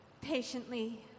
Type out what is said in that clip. patiently